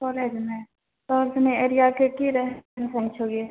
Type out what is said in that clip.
कॉलेजमे